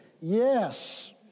Yes